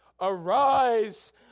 Arise